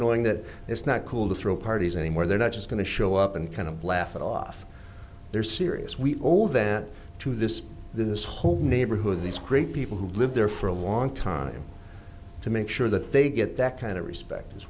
knowing that it's not cool to throw parties anymore they're not just going to show up and kind of laugh it off they're serious we all that to this this whole neighborhood these great people who lived there for a long time to make sure that they get that kind of respect as